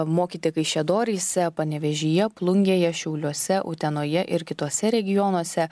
mokyti kaišiadoryse panevėžyje plungėje šiauliuose utenoje ir kituose regionuose